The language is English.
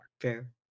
Fair